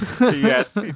Yes